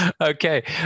Okay